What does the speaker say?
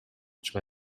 чыга